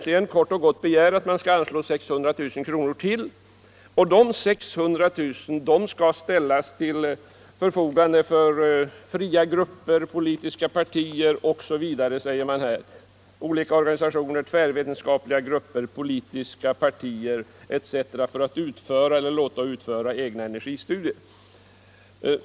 I en motion i anslutning till propositionen begärs att riksdagen skall anslå ytterligare 600 000 kronor, som efter ansökan fördelas till organisationer, tvärvetenskapliga grupper, politiska partier etc. för att utföra eller låta utföra egna energistudier.